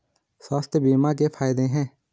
स्वास्थ्य बीमा के फायदे हैं?